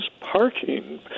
parking